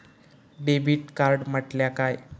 Debit card म्हटल्या काय?